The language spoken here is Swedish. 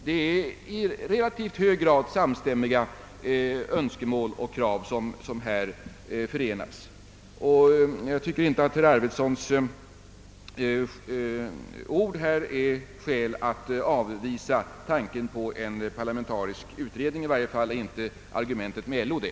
Det är i relativt hög grad samstämmiga önskemål och krav som här förenas. Jag tycker inte att herr Arvidsons ord utgör skäl för att avvisa tanken på en parlamentarisk utredning. I varje fall är inte argumentet med LO det.